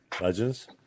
Legends